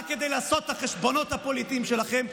רק כדי לעשות את החשבונות הפוליטיים שלכם,